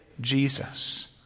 Jesus